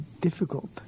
difficult